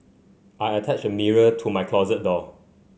I attached a mirror to my closet door